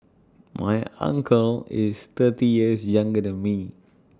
my uncle is thirty years younger than me